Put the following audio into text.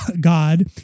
God